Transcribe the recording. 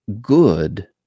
good